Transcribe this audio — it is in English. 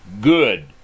good